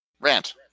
Rant